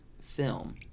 film